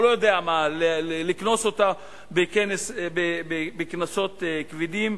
או לא יודע מה, לקנוס אותה בקנסות כבדים?